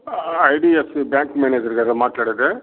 IDFC bank manager గారా మాట్లాడేది